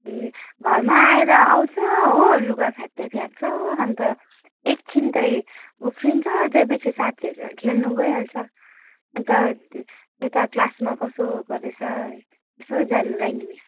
ए घरमा आएर आउँछ हो लुगा फ्यात्तै फ्याँक्छ अन्त एकछिन चाहिँ उफ्रिन्छ त्यहाँपछि साथीहरूसँग खेल्न गइहाल्छ अन्त त्यता क्लासमा कसो गर्दैछ यसो जान्नलाई नि मिस